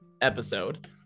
episode